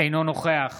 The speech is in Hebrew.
אינו נוכח